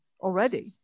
already